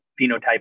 phenotype